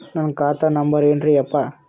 ನನ್ನ ಖಾತಾ ನಂಬರ್ ಏನ್ರೀ ಯಪ್ಪಾ?